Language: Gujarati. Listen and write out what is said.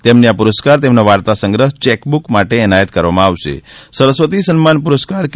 તેમને આ પુરસ્કાર તેમના વાર્તા સંગ્રહ ચેક બુક માટે એનાયત કરવામાં આવશે સરસ્વતી સન્માન પુરસ્કાર કે